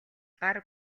гар